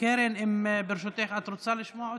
קרן, ברשותך, את רוצה לשמוע אותי?